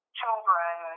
children